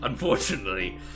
Unfortunately